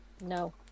No